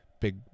big